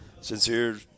sincere